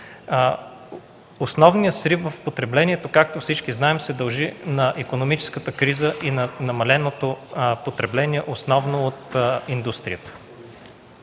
основният срив в потреблението, както всички знаете, се дължи на икономическата криза и на намаленото потребление основно от индустрията.